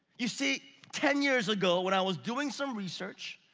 you see, ten years ago, when i was doing some research,